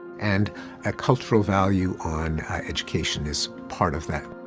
and a cultural value on education is part of that.